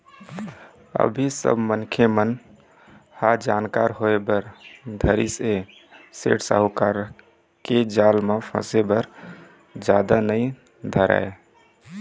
अभी सब मनखे मन ह जानकार होय बर धरिस ऐ सेठ साहूकार के जाल म फसे बर जादा नइ धरय